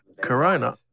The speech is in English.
Corona